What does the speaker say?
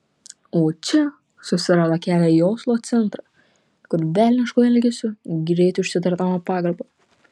o čia susirado kelią į oslo centrą kur velnišku elgesiu greitai užsitarnavo pagarbą